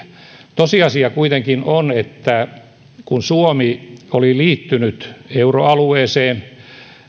tosiasia kuitenkin on että kun suomi oli liittynyt euroalueeseen